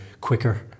quicker